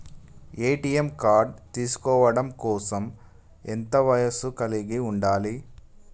ATM card తీసుకోవడం కోసం ఎంత వయస్సు కలిగి ఉండాలి?